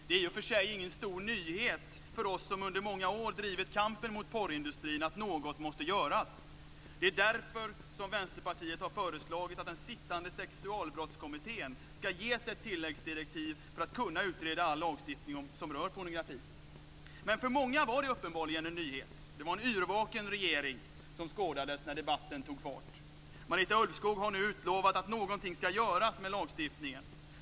Det är i och för sig ingen stor nyhet för oss som under många år drivit kampen mot porrindustrin att något måste göras. Det är därför som Vänsterpartiet har föreslagit att den sittande Sexualbrottskommittén ska ges ett tilläggsdirektiv för att kunna utreda all lagstiftning som rör pornografi. Men för många var det uppenbarligen en nyhet. Det var en yrvaken regering som skådades när debatten tog fart. Marita Ulvskog har nu utlovat att något ska göras med lagstiftningen.